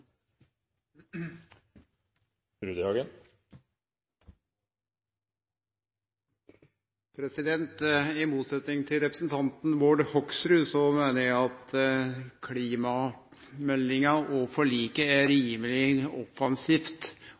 framtiden. I motsetning til representanten Bård Hoksrud meiner eg at klimameldinga og -forliket er